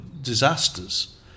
disasters